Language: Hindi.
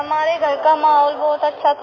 हमारे घर का माहौल बहुत अच्छा था